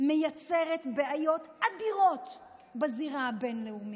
מייצרת בעיות אדירות בזירה הבין-לאומית.